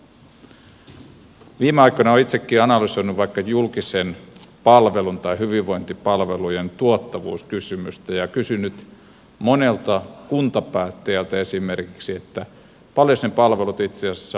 viime aikoina olen itsekin analysoinut vaikka julkisen palvelun tai hyvinvointipalvelujen tuottavuuskysymystä ja kysynyt monelta kuntapäättäjältä esimerkiksi sitä paljonkos ne palvelut itse asiassa maksavat